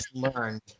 learned